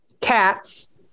cats